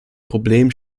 problem